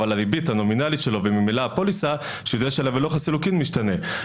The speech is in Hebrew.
אבל הריבית הנומינלית שלו וממילא הפוליסה --- ולוח הסילוקין משתנה.